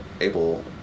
able